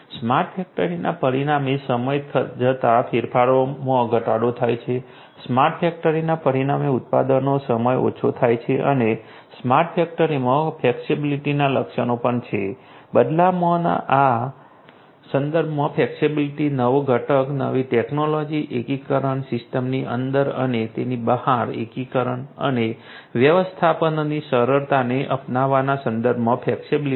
smart ફેક્ટરીના પરિણામે સમય જતાં ફેરફારમાં ઘટાડો થાય છે સ્માર્ટ ફેક્ટરીના પરિણામે ઉત્પાદનનો સમય ઓછો થાય છે અને સ્માર્ટ ફેક્ટરીમાં ફ્લેક્સિબિલિટીના લક્ષણો પણ છે બદલાવના સંદર્ભમાં ફ્લેક્સિબિલિટી નવા ઘટકો નવી ટેક્નોલોજી એકીકરણ સિસ્ટમની અંદર અને તેની બહાર એકીકરણ અને વ્યવસ્થાપનની સરળતાને અપનાવવાના સંદર્ભમાં ફ્લેક્સિબિલિટી